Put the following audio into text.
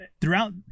throughout